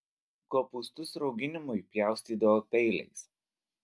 kopūstus rauginimui pjaustydavo peiliais